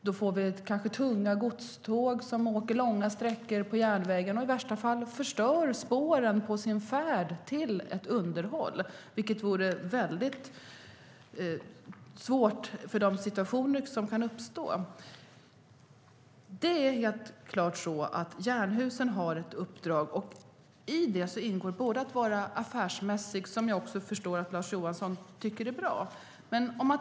Då får vi kanske tunga godståg som åker långa sträckor på järnvägen och i värsta fall förstör spåren på sin färd till underhåll, vilket vore svårt för de situationer som kan uppstå. Jernhusen har helt klart ett uppdrag, och i det ingår att vara affärsmässig, som jag förstår att Lars Johansson tycker är bra.